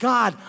God